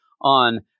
on